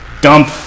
Dump